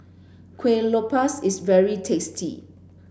Kuih Lopes is very tasty